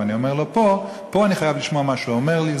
פה אני חייב לשמוע מה שהוא אומר לי,